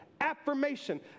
affirmation